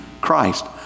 Christ